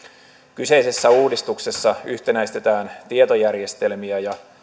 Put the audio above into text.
kyseisessä uudistuksessa yhtenäistetään tietojärjestelmiä ja